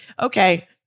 okay